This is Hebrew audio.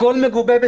הכל מגובה.